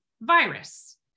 virus